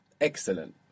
excellent